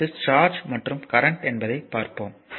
அடுத்தது சார்ஜ் மற்றும் கரண்ட் என்பதை பார்ப்போம்